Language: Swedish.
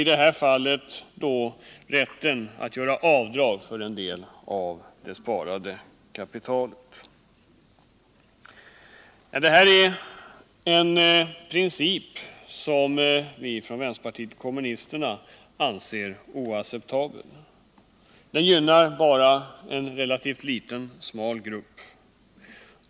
I detta fall gäller det alltså rätten att göra avdrag för en del av det sparade kapitalet. Det är en princip som vi från vänsterpartiet kommunisterna anser oacceptabel. Den gynnar bara en relativt liten, smal grupp.